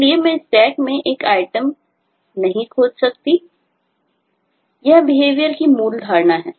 इसलिए बिहेवियर की मूल धारणा है